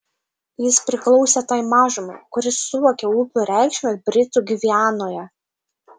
jis priklausė tai mažumai kuri suvokė upių reikšmę britų gvianoje